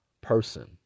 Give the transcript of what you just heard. person